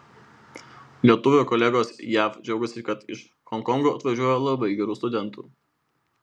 lietuvio kolegos jav džiaugiasi kad iš honkongo atvažiuoja labai gerų studentų